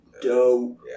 dope